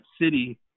city